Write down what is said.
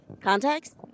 Contacts